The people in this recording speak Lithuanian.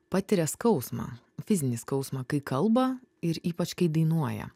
patiria skausmą fizinį skausmą kai kalba ir ypač kai dainuoja